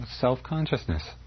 self-consciousness